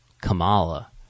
Kamala